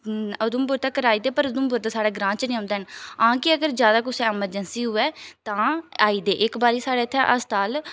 उधमपुर तक्कर आई दे पर उधमपुर ते साढ़ा ग्रांऽ च निं औंदे न आं कि अगर जादा कुछ इमरजेंसी होऐ तां आई दे इक बारी साढ़े इ'त्थें अस्ताल